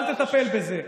ואומרים: אל תטפל בזה.